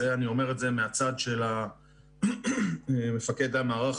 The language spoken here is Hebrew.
את זה אני אומר את זה מהצד של מפקד מערך